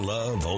Love